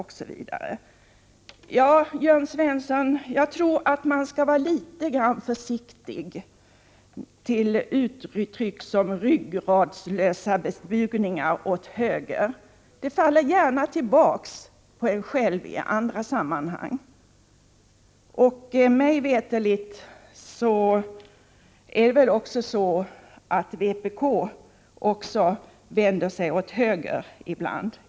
Jag tror, Jörn Svensson, att man bör vara litet försiktig med att använda uttryck som ”ryggradslösa bugningar åt höger”. Sådana faller gärna tillbaka på en själv i andra sammanhang. Mig veterligt vänder sig också vpk åt höger ibland.